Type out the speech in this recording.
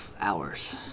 hours